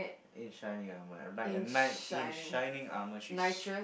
in shinning armor and like a knight in shinning armor she's